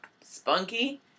spunky